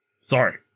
Sorry